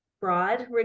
broad